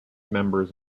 members